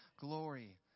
glory